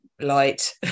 light